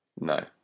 No